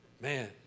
man